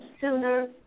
sooner